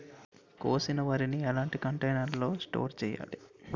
కోసిన వరిని ఎలాంటి కంటైనర్ లో స్టోర్ చెయ్యాలి?